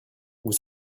vous